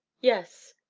yes,